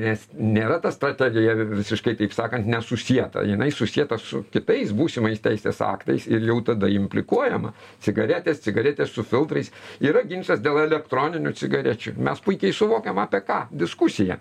nes nėra ta strategija visiškai taip sakant nesusieta jinai susieta su kitais būsimais teisės aktais ir jau tada implikuojama cigaretės cigaretės su filtrais yra ginčas dėl elektroninių cigarečių mes puikiai suvokiam apie ką diskusija